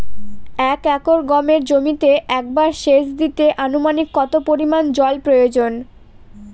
এক একর গমের জমিতে একবার শেচ দিতে অনুমানিক কত পরিমান জল প্রয়োজন?